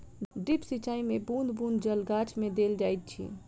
drip सिचाई मे बूँद बूँद जल गाछ मे देल जाइत अछि